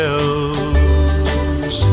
else